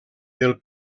del